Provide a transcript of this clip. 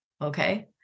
okay